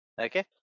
Okay